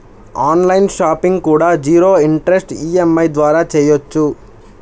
on line shopping కూడా zero interest EMI ద్వారా చెయ్యొచ్చు